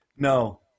no